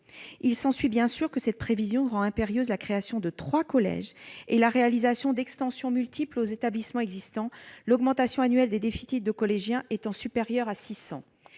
du département. Cette prévision rend impérieuse la création de trois collèges et la réalisation d'extensions multiples aux établissements existants, l'augmentation annuelle des effectifs de collégiens étant supérieure à 600.